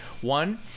One